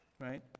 right